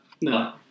No